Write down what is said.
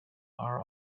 are